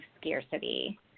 scarcity